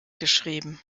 geschrieben